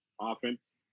offense